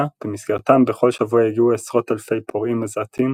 במסגרתם בכל שבוע הגיעו עשרות אלפי פורעים עזתים